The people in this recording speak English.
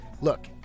Look